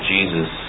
Jesus